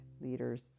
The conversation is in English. leaders